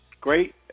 great